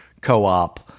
co-op